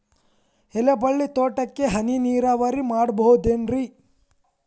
ಎಲೆಬಳ್ಳಿ ತೋಟಕ್ಕೆ ಹನಿ ನೇರಾವರಿ ಮಾಡಬಹುದೇನ್ ರಿ?